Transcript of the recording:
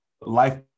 life